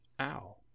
ow